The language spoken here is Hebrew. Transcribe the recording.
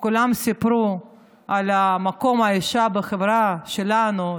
וכולם סיפרו על מקום האישה בחברה שלנו,